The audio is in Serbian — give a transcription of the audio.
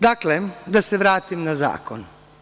Dakle, da se vratim na zakon.